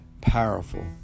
powerful